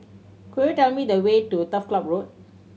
could you tell me the way to Turf Ciub Road